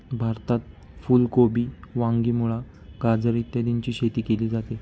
भारतात फुल कोबी, वांगी, मुळा, गाजर इत्यादीची शेती केली जाते